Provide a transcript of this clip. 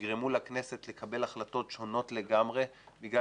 שיגרמו לכנסת לקבל החלטות שונות לגמרי בגלל